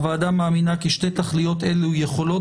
הוועדה מאמינה כי שתי תכליות אלו יכולות